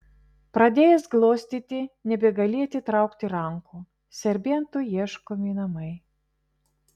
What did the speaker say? pradėjęs glostyti nebegali atitraukti rankų serbentui ieškomi namai